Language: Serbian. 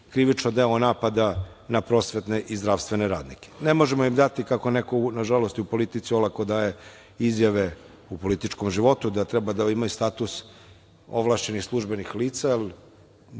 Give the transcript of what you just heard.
krivično delo napada na prosvetne i zdravstvene radnike. Ne možemo im dati kako neko nažalost u politici olako daje izjave u političkom životu da treba da imaju status ovlašćenih službenih lica.